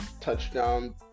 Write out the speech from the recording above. touchdown